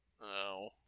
No